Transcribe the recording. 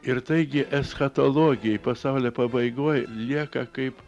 ir taigi eschatologijoj pasaulio pabaigoj lieka kaip